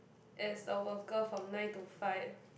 as a worker from nine to five